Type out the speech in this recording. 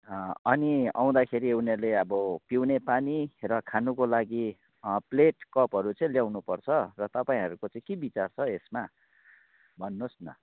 अनि आउँदाखेरि उनीहरूले अब पिउने पानी र खानुको लागि प्लेट कपहरू चाहिँ ल्याउनु पर्छ तपाईँहरूको चाहिँ के विचार छ यसमा भन्नुहोस् न